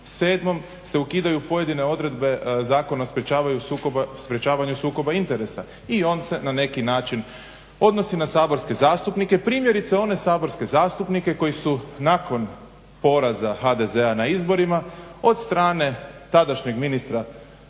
7. se ukidaju pojedine odredbe Zakona o sprječavanju sukoba interesa. I on se na neki način odnosi na saborske zastupnike. Primjerice one saborske zastupnike koji su nakon poraza HDZ-a na izborima od strane tadašnjeg ministra